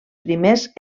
primers